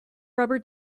rubber